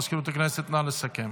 מזכירות הכנסת, נא לסכם.